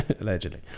allegedly